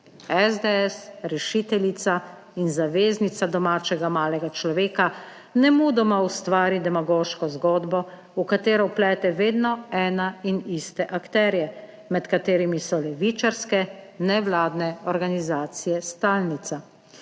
SDS - rešiteljica in zaveznica domačega malega človeka - nemudoma ustvari demagoško zgodbo, v katero vplete vedno ene in iste akterje, med katerimi so levičarske nevladne organizacije stalnica.